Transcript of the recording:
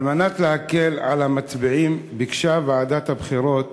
על מנת להקל על המצביעים, ביקשה ועדת הבחירות